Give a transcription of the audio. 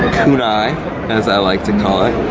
kunai as i like to call it,